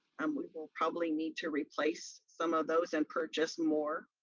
um we will probably need to replace some of those and purchase more.